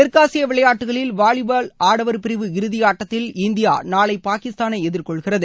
தெற்காசிய விளையாட்டுக்களில் வாலிபால் ஆடவர் பிரிவு இறதியாட்டத்தில் நாளை இந்தியா பாகிஸ்தானை எதிர்கொள்கிறது